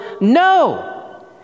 No